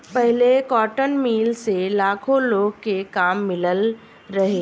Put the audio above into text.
पहिले cotton mill से लाखो लोग के काम मिलल रहे